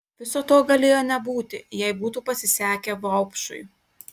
viso to galėjo nebūti jei būtų pasisekę vaupšui